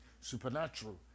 supernatural